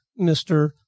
Mr